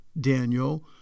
Daniel